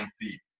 feet